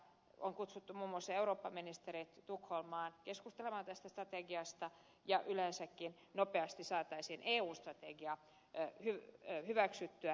on kutsuttu muun muassa eurooppaministerit tukholmaan keskustelemaan tästä strategiasta ja siitä että yleensäkin nopeasti saataisiin eu strategia hyväksyttyä